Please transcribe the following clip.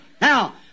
Now